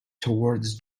towards